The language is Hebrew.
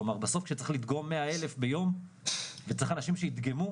כלומר בסוף כשצריך לדגום 100,000 ביום וצריך אנשים שידגמו,